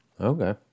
Okay